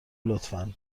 لطفا